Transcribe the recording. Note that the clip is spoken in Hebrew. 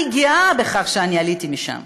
אני גאה בכך שאני עליתי משם.